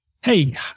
hey